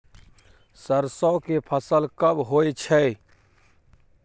सरसो के फसल कब होय छै?